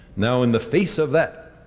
now in the face of that,